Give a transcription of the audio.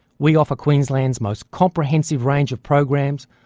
we offer queensland's most comprehensive range of programs,